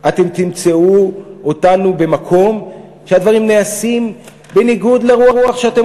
אתם תמצאו אותנו במקום שהדברים נעשים בניגוד לרוח שאתם